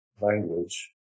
language